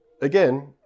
again